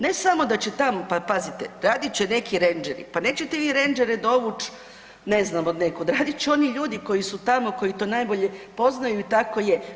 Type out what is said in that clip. Ne samo da će tamo, pa pazite, radit će neki rendžeri, pa nećete vi rendžere dovuć ne znam odnekuda, radit će oni ljudi koji su tamo koji to najbolje poznaju i tako je.